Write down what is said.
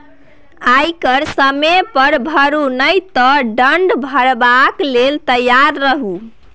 आयकर समय पर भरू नहि तँ दण्ड भरबाक लेल तैयार रहु